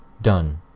Done